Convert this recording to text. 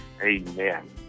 Amen